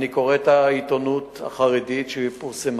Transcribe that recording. אני קורא את העיתונות החרדית שפורסמה,